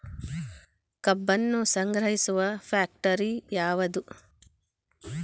ಕಬ್ಬನ್ನು ಸಂಗ್ರಹಿಸುವ ಫ್ಯಾಕ್ಟರಿ ಯಾವದು?